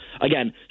Again